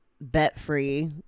bet-free